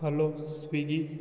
hello Swiggy